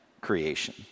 creation